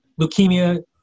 Leukemia